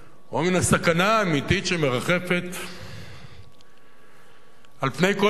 או מן הסכנה העיקרית שמרחפת על פני כל אושיות